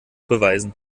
beweisen